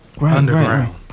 Underground